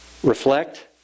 reflect